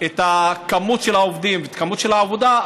את הכמות של העובדים והכמות של העבודה,